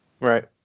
Right